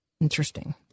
Interesting